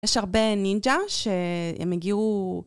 יש הרבה נינג'ה שהם הגיעו...